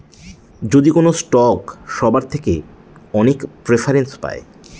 যদি কোনো স্টক সবার থেকে অনেক প্রেফারেন্স পায়